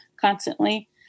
constantly